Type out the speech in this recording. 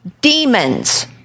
demons